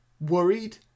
worried